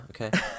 Okay